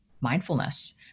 mindfulness